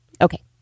Okay